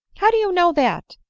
how do you know that?